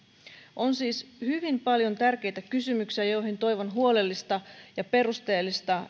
on siis hyvin paljon tärkeitä kysymyksiä joihin toivon huolellista ja perusteellista